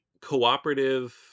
cooperative